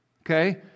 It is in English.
okay